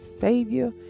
Savior